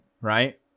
right